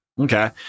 Okay